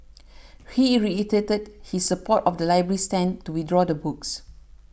he reiterated his support of the library's stand to withdraw the books